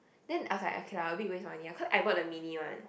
then I was like okay lah a bit waste money cause I bought the mini one